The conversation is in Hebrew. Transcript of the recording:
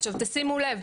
עכשיו תשימו לב,